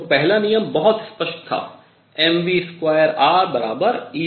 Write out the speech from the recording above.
तो पहला नियम बहुत स्पष्ट था mv2re240